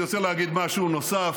אני רוצה להגיד משהו נוסף,